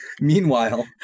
Meanwhile